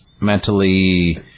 mentally